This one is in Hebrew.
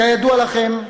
כידוע לכם,